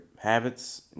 habits